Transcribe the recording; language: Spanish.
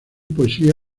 poesía